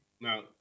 now